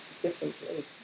differently